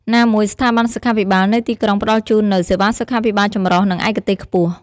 ណាមួយ ស្ថាប័នសុខាភិបាលនៅទីក្រុងផ្តល់ជូននូវ សេវាសុខាភិបាលចម្រុះ និងឯកទេសខ្ពស់។